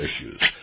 issues